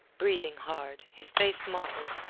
breathing hard, his face mottled,